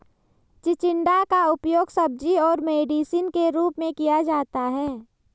चिचिण्डा का उपयोग सब्जी और मेडिसिन के रूप में किया जाता है